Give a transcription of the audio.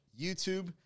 YouTube